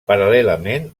paral·lelament